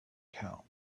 count